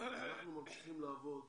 שאנחנו ממשיכים לעבוד